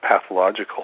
pathological